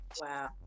wow